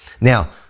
Now